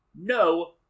No